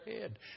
head